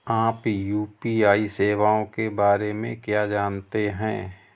आप यू.पी.आई सेवाओं के बारे में क्या जानते हैं?